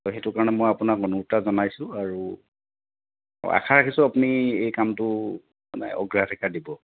সেইটো কাৰণে মই আপোনাক অনুৰোধ এটা জনাইছোঁ আৰু আশা ৰাখিছোঁ আপুনি এই কামটো মানে অগ্ৰাধিকাৰ দিব